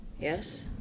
Yes